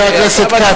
חבר הכנסת כץ,